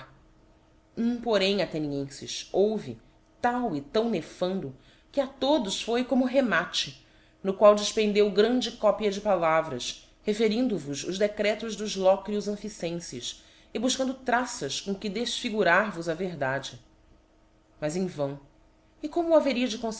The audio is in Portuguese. um porém atlv nienfes houve tal e tão nefando que a iodos foi coctio remate no qual difpendeu grande copia de palavras referindo vos os decretos dos locrios amphiffenfes e bufcando traças com que deffigurar vos a verdade aias cm vão e como o haveria de